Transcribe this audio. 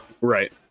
Right